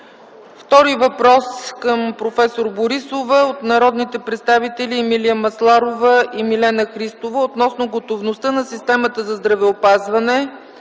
Втори въпрос към проф. Борисова от народните представители Емилия Масларова и Милена Христова относно готовността на системата за здравеопазване